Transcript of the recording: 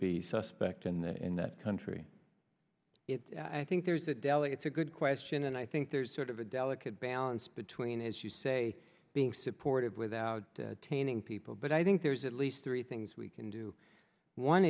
be suspect and in that country i think there's a deli it's a good question and i think there's sort of a delicate balance between as you say being supportive without tainting people but i think there's at least three things we can do one